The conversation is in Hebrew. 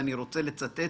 אני רוצה לצטט